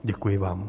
Děkuji vám.